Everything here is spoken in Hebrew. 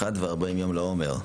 אחד וארבעים יום לעומר.